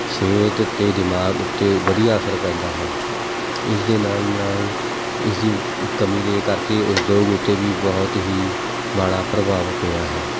ਸਿਹਤ ਅਤੇ ਦਿਮਾਗ ਉੱਤੇ ਵਧੀਆ ਅਸਰ ਪੈਂਦਾ ਹੈ ਇਸਦੇ ਨਾਲ ਨਾਲ ਇਸਦੀ ਕਮੀ ਦੇ ਕਰਕੇ ਉਦਯੋਗ ਉੱਤੇ ਵੀ ਬਹੁਤ ਹੀ ਮਾੜਾ ਪ੍ਰਭਾਵ ਪਿਆ ਹੈ